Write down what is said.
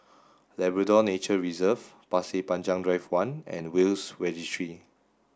Labrador Nature Reserve Pasir Panjang Drive one and Will's Registry